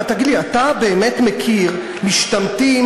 אתה באמת מכיר משתמטים,